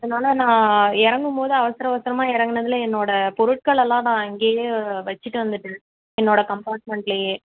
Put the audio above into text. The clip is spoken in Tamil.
அதனால நான் இறங்கும்போது அவசர அவசரமாக இறங்குனதுல என்னோடய பொருட்களெல்லாம் நான் அங்கேயே வச்சுட்டு வந்துவிட்டேன் என்னோடய கம்பார்ட்மெண்ட்லேயே